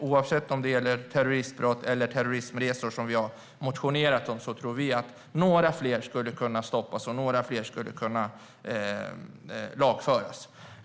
Oavsett om det gäller terroristbrott eller terroristresor, som vi har motionerat om, tror vi att några fler skulle kunna stoppas och lagföras i tidigare stadier.